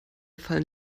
fallen